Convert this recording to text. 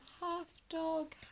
half-dog